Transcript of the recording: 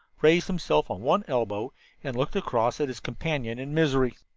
raised himself on one elbow and looked across at his companion in misery.